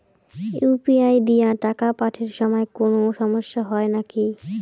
UPI দিয়া টাকা পাঠের সময় কোনো সমস্যা হয় নাকি?